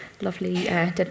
lovely